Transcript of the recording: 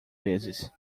vezes